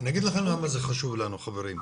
אני אגיד לכם למה זה חשוב לנו, חברים.